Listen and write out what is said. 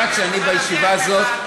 את יודעת שאני בישיבה הזאת,